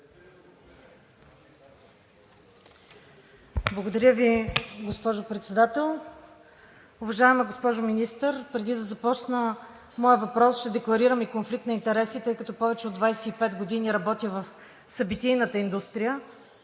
Благодаря Ви, госпожо Председател. Уважаема госпожо Министър, преди да започна моя въпрос, ще декларирам и конфликт на интереси, тъй като повече от 25 години работя в събитийната индустрия